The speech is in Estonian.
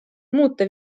muuta